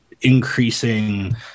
increasing